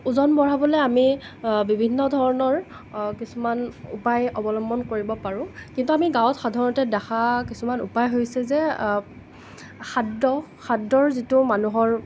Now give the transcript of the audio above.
ওজন বঢ়াবলৈ আমি বিভিন্ন ধৰণৰ কিছুমান উপায় অৱলম্বন কৰিব পাৰোঁ কিন্তু আমি গাঁৱত সাধাৰণতে দেখা কিছুমান উপায় হৈছে যে খাদ্য খাদ্যৰ যিটো মানুহৰ